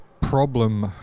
problem